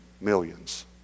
millions